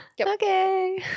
okay